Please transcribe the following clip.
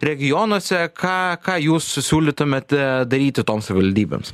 regionuose ką ką jūs su siūlytumėte daryti toms savivaldybėms